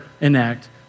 enact